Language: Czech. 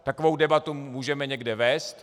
Takovou debatu můžeme někde vést.